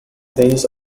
these